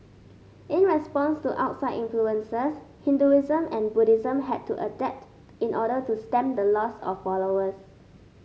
in response to outside influences Hinduism and Buddhism had to adapt in order to stem the loss of followers